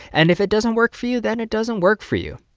and if it doesn't work for you, then it doesn't work for you.